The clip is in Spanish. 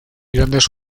grandes